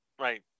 Right